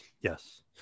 Yes